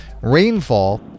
rainfall